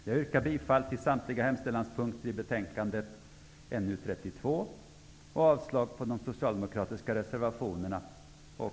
Jag yrkar bifall till utskottets hemställan på samtliga punkter i betänkandet NU32 och avslag på de socialdemokratiska reservationerna och